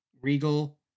Regal